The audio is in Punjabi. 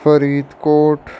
ਫਰੀਦਕੋਟ